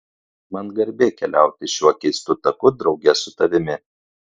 man garbė keliauti šiuo keistu taku drauge su tavimi